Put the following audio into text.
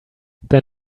then